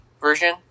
version